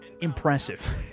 impressive